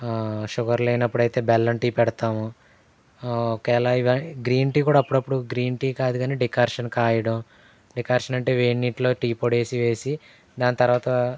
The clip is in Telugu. షుగర్ లేనప్పుడైతే బెల్లం టీ పెడతాము ఒకేలా ఇవ గ్రీన్ టీ కూడా అప్పుడప్పుడు గ్రీన్ టీ కాదు కాని డికార్షన్ కాయడం డికార్షన్ అంటే వేడి నీటిలో టీ పొడి వేసి వేసి దాని తర్వాత